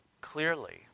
clearly